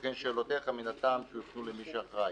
לכן, שאלותיך, מן הסתם, שיופנו למי שאחראי.